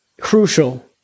crucial